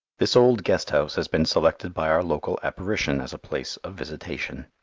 this old guest house has been selected by our local apparition as a place of visitation.